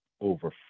over